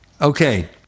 okay